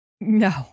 No